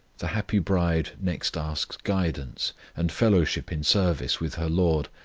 the happy bride next asks guidance, and fellowship in service with her lord,